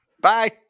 Bye